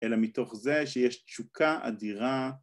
אלא מתוך זה שיש תשוקה אדירה